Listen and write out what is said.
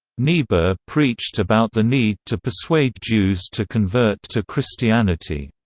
niebuhr preached about the need to persuade jews to convert to christianity.